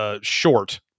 Short